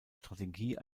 strategie